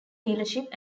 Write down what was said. dealership